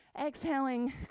exhaling